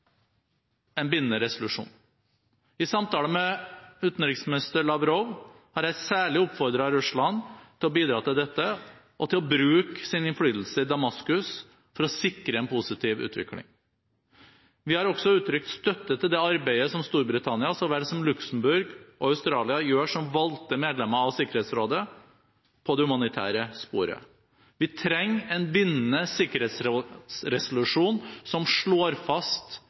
resolusjon. I samtaler med utenriksminister Lavrov har jeg særlig oppfordret Russland til å bidra til dette, og til å bruke sin innflytelse i Damaskus for å sikre en positiv utvikling. Vi har også uttrykt støtte til det arbeidet som Storbritannia så vel som Luxembourg og Australia gjør, som valgte medlemmer av Sikkerhetsrådet, på det humanitære sporet. Vi trenger en bindende sikkerhetsrådsresolusjon som slår fast